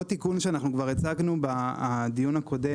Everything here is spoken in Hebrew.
עוד תיקון שאנחנו כבר הצגנו בדיון הקודם